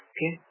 Okay